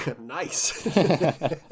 Nice